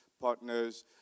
partners